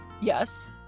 Yes